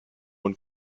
und